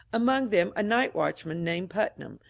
among them a night watchman named putnam,